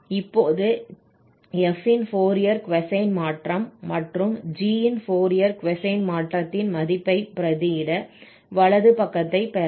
இப்போது f இன் Fourier cosine மாற்றம் மற்றும் g இன் ஃபோரியர் கொசைன் மாற்றத்தின் மதிப்பை பிரதியிட வலது பக்கத்தைப் பெறலாம்